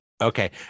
okay